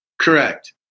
Correct